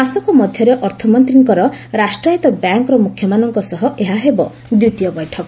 ମାସକ ମଧ୍ୟରେ ଅର୍ଥମନ୍ତ୍ରୀଙ୍କର ରାଷ୍ଟ୍ରାୟତ୍ତ ବ୍ୟାଙ୍କ୍ର ମୁଖ୍ୟମାନଙ୍କ ସହ ଏହା ହେବ ଦ୍ୱିତୀୟ ବୈଠକ